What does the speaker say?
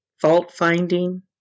fault-finding